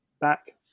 back